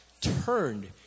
turned